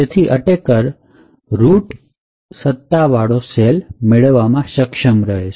તેથી attacker root સત્તા વાળો સેલ મેળવવામાં સક્ષમ રહેશે